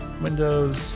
Windows